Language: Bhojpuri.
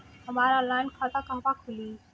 हमार ऑनलाइन खाता कहवा खुली?